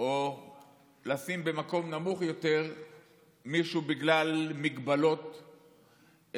או לשים במקום נמוך יותר מישהו בגלל מגבלות גופניות,